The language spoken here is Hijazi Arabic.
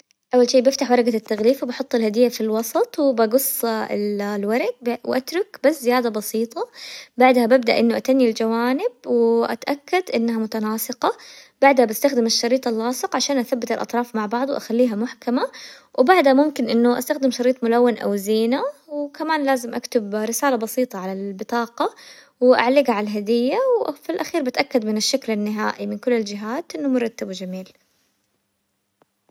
اول شي بفتح ورقة التغليف وبحط الهدية في الوسط، وبقص الورق واترك بس زيادة بسيطة، بعدها ببدأ انه اتني الجوانب واتأكد انها متناسقة، بعدها بستخدم الشريط اللاصق عشان اثبت الاطراف مع بعض واخليها محكمة، وبعدها ممكن انه واستخدم شريط ملون او زينةن وكمان لازم اكتب رسالة بسيطة على البطاقة واعلقها على الهدية، وفي الاخير بتأكد من الشكل النهائي من كل الجهات انه مرتبه جميل.